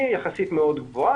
יחסית מאוד גבוהה,